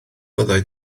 byddai